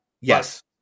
Yes